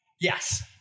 Yes